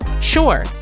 Sure